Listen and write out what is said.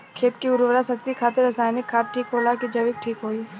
खेत के उरवरा शक्ति खातिर रसायानिक खाद ठीक होला कि जैविक़ ठीक होई?